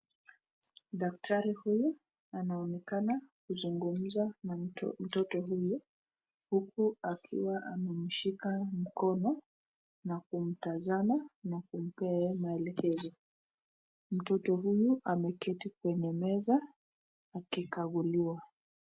Daktari huyu anaonekana kuzungumza na mtoto huyu huku akiwa amemshika mkono na kumtazama na kumpea yeye maelekezo. Mtoto huyu ameketi kwenye meza akikaguliwa